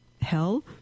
hell